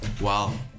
Wow